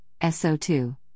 SO2